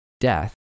death